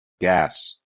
gas